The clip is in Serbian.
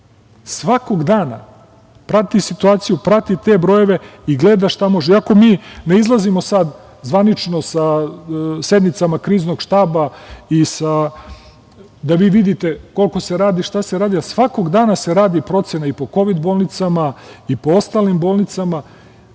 svakog dana prati situaciju, prati te brojeve i gleda šta može, iako mi ne izlazimo sad zvanično sa sednicama Kriznog štaba i da vi vidite koliko se radi, šta se radi, a svakog dana se radi procena i po kovid bolnicama i po ostalim bolnicama,